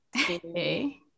Okay